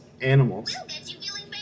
animals